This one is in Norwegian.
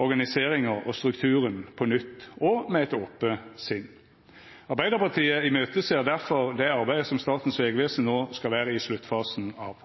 organiseringa og strukturen på nytt og med eit ope sinn. Arbeidarpartiet imøteser difor det arbeidet som Statens vegvesen no skal vera i sluttfasen av.